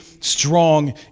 strong